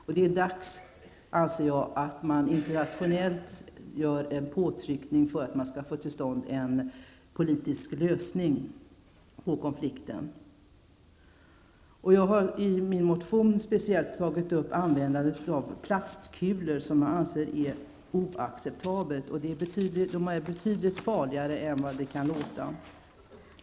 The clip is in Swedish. Jag anser att det är dags att man internationellt gör en påtryckning för att få till stånd en politisk lösning på konflikten. I min motion har jag speciellt berört användandet av plastkulor, som jag anser vara oacceptabelt. Dessa kulor är betydligt farligare än det kan låta.